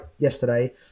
yesterday